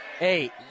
eight